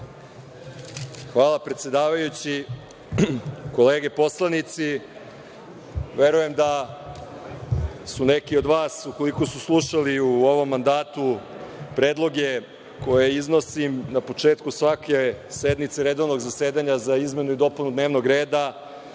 Hvala, predsedavajući. Kolege poslanici, verujem da neki od vas, ukoliko su slušali u ovom mandatu predloge koje iznosim na početku svake sednice redovnog zasedanja za izmenu i dopunu dnevnog reda,